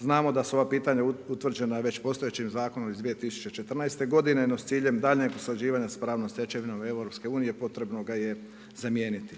Znamo da su ova pitanja utvrđena već postojećim zakonom iz 2014. godine no s ciljem daljnjeg usklađivanja sa pravnom stečevinom EU-a potrebno ga je zamijeniti.